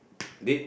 did